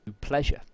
pleasure